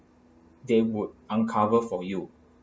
they would uncover for you